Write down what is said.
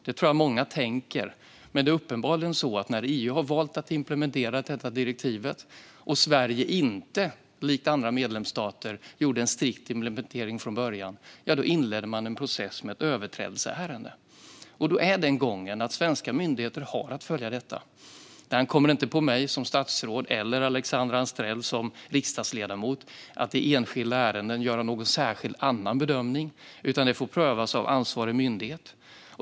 Det tror jag att många tänker. Men det är uppenbarligen så att när EU har valt att implementera detta direktiv, och Sverige inte likt andra medlemsstater gjort en strikt implementering från början, inledde man en process med ett överträdelseärende. Då är den gången att svenska myndigheter har att följa detta. Det ankommer inte på mig som statsråd eller på Alexandra Anstrell som riksdagsledamot att i enskilda ärenden göra någon annan särskild bedömning, utan det får prövas av ansvarig myndighet.